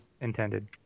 intended